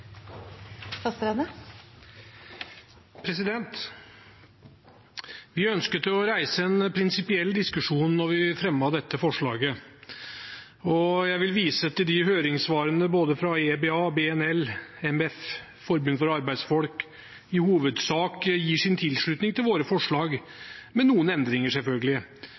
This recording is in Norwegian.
Vi ønsket å reise en prinsipiell diskusjon da vi fremmet dette forslaget. Jeg vil vise til høringssvarene fra både EBA, BNL, MEF og Forbundet for arbeidsfolk, som i hovedsak gir sin tilslutning til våre forslag, med noen endringer, selvfølgelig.